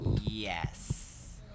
Yes